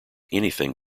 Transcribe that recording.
anything